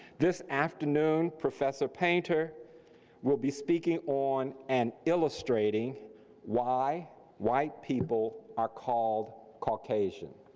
this afternoon, professor painter will be speaking on and illustrating why white people are called caucasian.